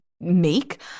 make